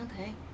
Okay